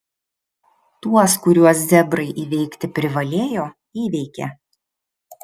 tuos kuriuos zebrai įveikti privalėjo įveikė